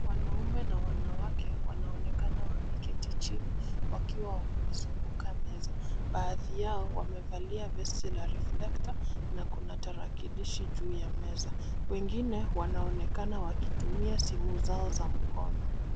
Wanaume na wanawake wanaonekana wameketi chini wakiwa wamezunguka meza . Baadhi yao wamevalia vesti la reflecta na kuna tarakilishi juu ya meza wengine wanaonekana wakitumia simu zao za mkono.